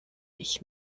ich